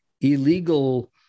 illegal